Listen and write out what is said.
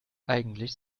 eigentlich